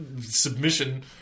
submission